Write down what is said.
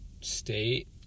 state